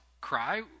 cry